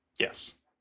Yes